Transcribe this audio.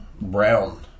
Brown